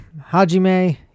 Hajime